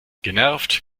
genervt